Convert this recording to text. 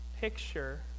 picture